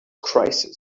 crisis